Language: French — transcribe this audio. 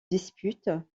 disputent